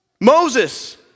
Moses